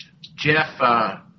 Jeff